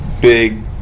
big